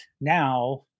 now